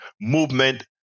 movement